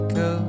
go